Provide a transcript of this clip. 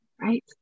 Right